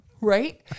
right